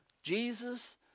Jesus